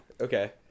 Okay